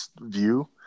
view